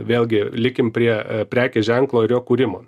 vėlgi likim prie a prekės ženklo ir jo kūrimo